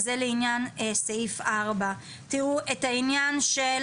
זה לעניין סעיף 4. תראו, את העניין של